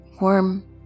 warm